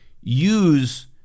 use